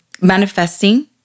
Manifesting